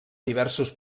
diversos